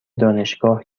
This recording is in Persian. دانشگاه